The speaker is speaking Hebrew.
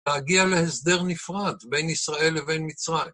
להגיע להסדר נפרד בין ישראל לבין מצרים.